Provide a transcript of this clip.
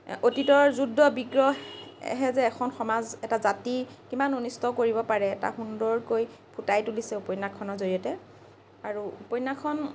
অতীতৰ যুদ্ধ বিগ্ৰহ এখন সমাজ এটা জাতি কিমান অনিষ্ট কৰিব পাৰে এটা সুন্দৰকৈ ফুটাই তুলিছে উপন্যাসখনৰ জৰিয়তে আৰু উপন্যাসখন